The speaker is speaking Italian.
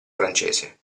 francese